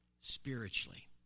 spiritually